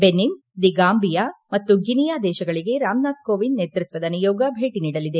ಬೆನಿನ್ದಿ Gambia ಮತ್ತು Guinea ದೇಶಗಳಿಗೆ ರಾಮನಾಥ್ ಕೋವಿಂದ್ ನೇತೃತ್ವದ ನಿಯೋಗ ಭೇಟಿ ನೀಡಲಿದೆ